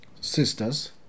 Sisters